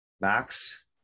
max